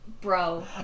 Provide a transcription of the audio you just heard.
Bro